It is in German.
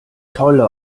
tolle